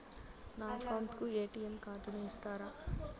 నా అకౌంట్ కు ఎ.టి.ఎం కార్డును ఇస్తారా